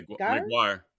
McGuire